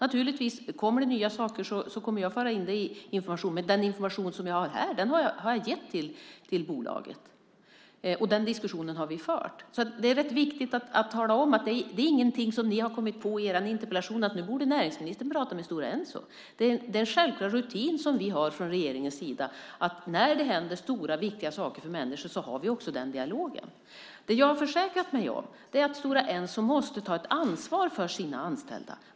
Om det kommer något nytt kommer jag naturligtvis att föra in det i informationen. Den information som jag har här har jag gett till bolaget. Vi har fört den diskussionen. Det är viktigt att tala om att det inte är något som ni har kommit på i er interpellation att näringsministern borde prata med Stora Enso. Det är en självklar rutin för regeringen att vi har den dialogen när det händer stora viktiga saker för människor. Jag har försäkrat mig om att Stora Enso måste ta ett ansvar för sina anställda.